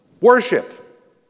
worship